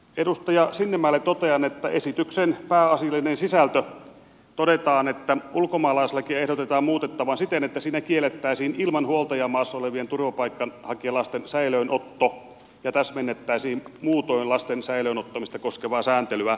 edustaja sinnemäelle totean että esityksen pääasiallisessa sisällössä todetaan että ulkomaalaislakia ehdotetaan muutettavan siten että siinä kiellettäisiin ilman huoltajaa maassa olevien turvapaikanhakijalasten säilöönotto ja täsmennettäisiin muutoin lasten säilöön ottamista koskevaa sääntelyä